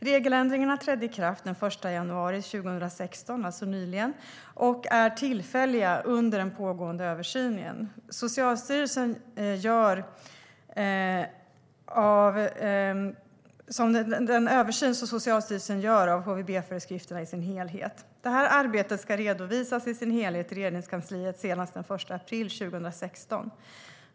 Regeländringarna trädde i kraft den 1 januari 2016, alltså nyligen, och är tillfälliga under den pågående översyn som Socialstyrelsen gör av HVB-föreskrifterna i sin helhet. Arbetet ska redovisas i sin helhet till Regeringskansliet senast den 1 april 2016.